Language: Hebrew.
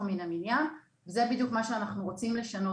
מן המניין וזה בדיוק מה שאנחנו רוצים לשנות.